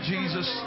Jesus